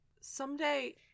Someday